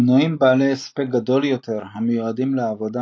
במנועים בעלי הספק גדול יותר המיועדים לעבודה